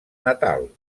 natal